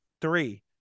three